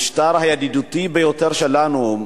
המשטר הידידותי ביותר לנו,